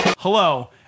Hello